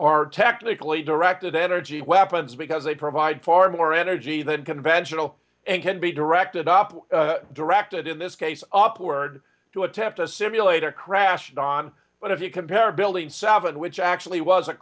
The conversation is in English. are technically directed energy weapons because they provide far more energy than conventional and can be directed off directed in this case op word to attempt a simulator crashed on but if you compare building seven which actually was